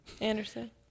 Anderson